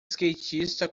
skatista